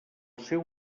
seu